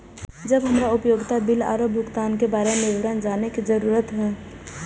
जब हमरा उपयोगिता बिल आरो भुगतान के बारे में विवरण जानय के जरुरत होय?